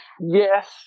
Yes